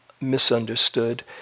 misunderstood